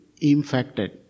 infected